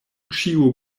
ĉio